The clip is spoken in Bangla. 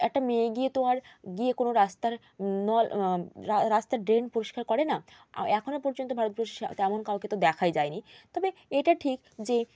একটা মেয়ে গিয়ে তো আর গিয়ে কোনও রাস্তার নল রাস্তার ড্রেন পরিষ্কার করে না এখনও পর্যন্ত ভারতবর্ষে তেমন কাউকে তো দেখাই যায়নি তবে এইটা ঠিক যে